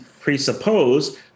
presuppose